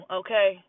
okay